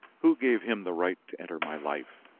who gave him the right to enter my life?